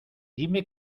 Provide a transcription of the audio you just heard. dime